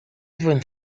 even